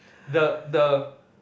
the the